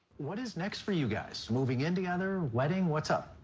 what is next for you guys? moving in together, wedding what's up?